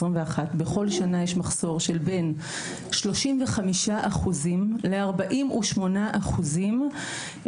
בכל שנה יש מחסור של בין 35% ל-48% תחלופה